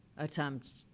attempt